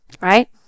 right